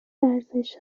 ورزش